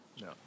No